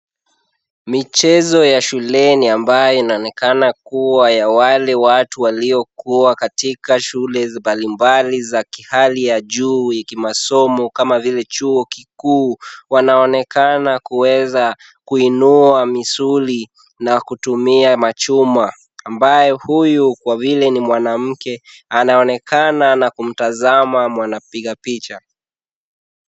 Michezo ya shuleni ambayo inaonekana kuwa ya wale watu waliokua katika shule mbalimbali za kihali ya juu ya kimasomo kama vile chuo kikuu, wanaonekana kuweza kuinua misuli na kutumia machuma ambayo huyu kwa vile ni mwanamke anaonekana na kumtazama mwanampiga picha.